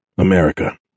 America